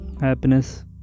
happiness